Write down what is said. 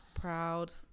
proud